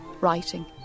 Writing